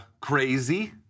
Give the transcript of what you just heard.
crazy